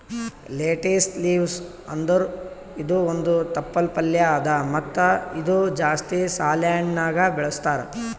lettuce leaves ಅಂದುರ್ ಇದು ಒಂದ್ ತಪ್ಪಲ್ ಪಲ್ಯಾ ಅದಾ ಮತ್ತ ಇದು ಜಾಸ್ತಿ ಸಲಾಡ್ನ್ಯಾಗ ಬಳಸ್ತಾರ್